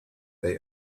they